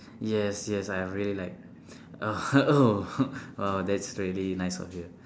yes yes I have already liked oh that's really nice of you